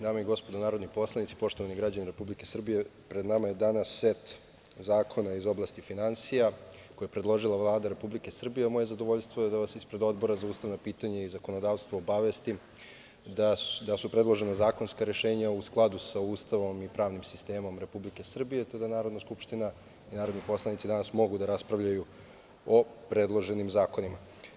Dame i gospodo narodni poslanici, poštovani građani Republike Srbije, pred nama je danas set zakona iz oblasti finansija koji je predložila Vlada Republike Srbije, a moje je zadovoljstvo da vas ispred Odbor za ustavna pitanja i zakonodavstvo obavestim da su predložena zakonska rešenja u skladu sa Ustavom i pravnim sistemom Republike Srbije, te da Narodne skupština i narodni poslanici danas mogu da raspravljaju o predloženim zakonima.